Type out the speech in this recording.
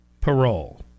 parole